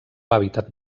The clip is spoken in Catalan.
hàbitat